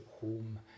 home